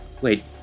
Wait